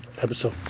episode